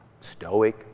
stoic